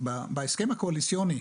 בהסכם הקואליציוני,